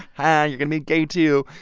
ha, you're going be gay, too.